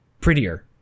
prettier